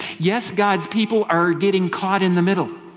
yes, god's people are getting caught in the middle.